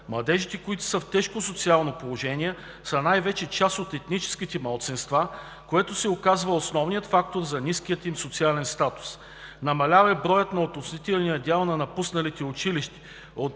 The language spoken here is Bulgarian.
Младежите, които са в тежко социално положение, са най-вече част от етническите малцинства, което се оказва основният фактор за ниския им социален статус. Намалял е броят и относителният дял на напусналите училище